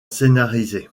scénarisé